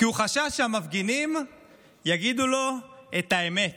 כי הוא חשש שמפגינים יגידו לו את האמת,